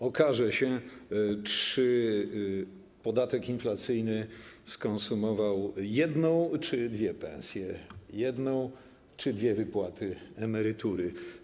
Okaże się, czy podatek inflacyjny skonsumował jedną czy dwie pensje, jedną czy dwie wypłaty emerytury.